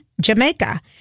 Jamaica